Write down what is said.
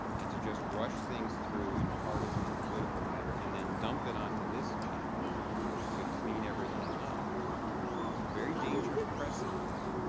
and to just rush things through in a partisan and political matter and dump it onto this chamber to clean everything up is a very dangerous precedent.